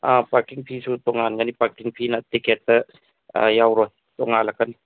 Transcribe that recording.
ꯑꯥ parking fees ꯇꯣꯉꯥꯟꯒꯅꯤ parking ꯐꯤꯅ ꯇꯤꯛꯀꯦꯠꯇ ꯌꯥꯎꯔꯣꯏ ꯇꯣꯉꯥꯟꯂꯛꯀꯅꯤ